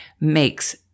makes